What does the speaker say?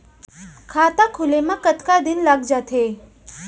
खाता खुले में कतका दिन लग जथे?